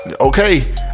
Okay